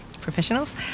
professionals